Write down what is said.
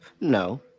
No